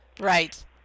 Right